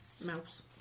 mouse